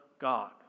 God